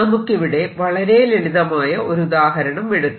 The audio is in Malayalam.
നമുക്കിവിടെ വളരെ ലളിതമായ ഒരു ഉദാഹരണം എടുക്കാം